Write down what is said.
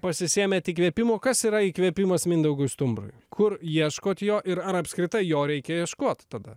pasisėmėt įkvėpimo kas yra įkvėpimas mindaugui stumbrui kur ieškot jo ir ar apskritai jo reikia ieškot tada